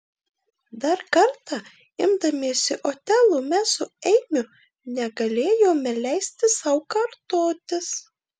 dar kartą imdamiesi otelo mes su eimiu negalėjome leisti sau kartotis